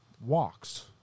walks